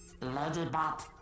Ladybot